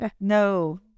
No